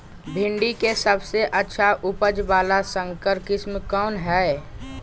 भिंडी के सबसे अच्छा उपज वाला संकर किस्म कौन है?